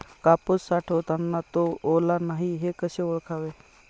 कापूस साठवताना तो ओला नाही हे कसे ओळखावे?